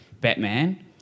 Batman